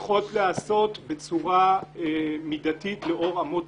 --- צריך להיעשות בצורה מידתית לאור אמות